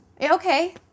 Okay